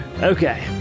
Okay